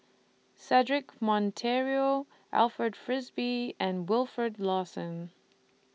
Cedric Monteiro Alfred Frisby and Wilfed Lawson